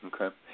Okay